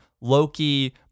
Loki